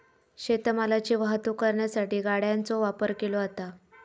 शेत मालाची वाहतूक करण्यासाठी गाड्यांचो वापर केलो जाता